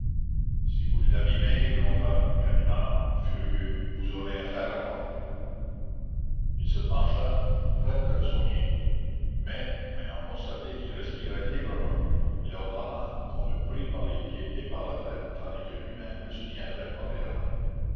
si vous l'abîmez gronda ganimard furieux vous aurez affaire à moi il se pencha prêt à le soigner mais ayant constaté qu'il respirait librement il ordonna qu'on le prît par les pieds et par la tête tandis que lui-même le soutiendrait par les reins